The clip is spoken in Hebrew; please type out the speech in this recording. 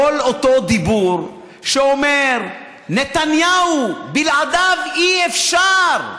שכל אותו דיבור שאומר: נתניהו, בלעדיו אי-אפשר.